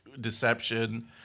deception